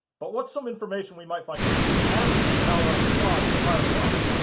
but, what's some information we might find useful after we power on our quad and prior to launch?